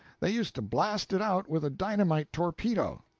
they used to blast it out with a dynamite torpedo.